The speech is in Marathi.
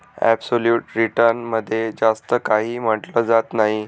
ॲप्सोल्यूट रिटर्न मध्ये जास्त काही म्हटलं जात नाही